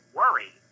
worry